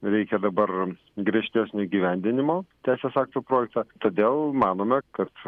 reikia dabar imtis griežtesnio įgyvendinimo teisės aktų projektą todėl manome kad